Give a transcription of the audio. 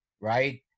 right